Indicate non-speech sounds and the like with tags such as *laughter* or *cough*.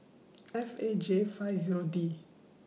*noise* F A J five Zero D